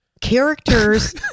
characters